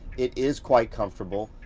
it is quite comfortable.